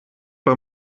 bei